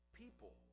people